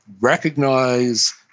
recognize